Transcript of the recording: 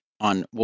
on